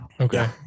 Okay